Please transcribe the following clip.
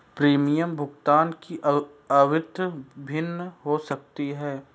premium भुगतान की आवृत्ति भिन्न हो सकती है